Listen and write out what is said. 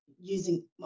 using